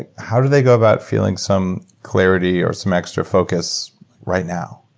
ah how do they go about feeling some clarity or some extra focus right now?